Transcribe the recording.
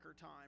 time